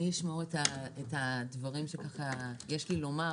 אשמור את הדברים שיש לי לומר,